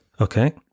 Okay